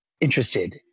interested